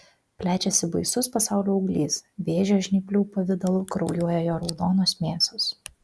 plečiasi baisus pasaulio auglys vėžio žnyplių pavidalu kraujuoja jo raudonos mėsos